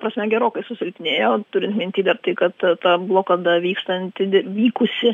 prasme gerokai susilpnėjo turint minty dar tai kad ta blokada vykstanti vykusi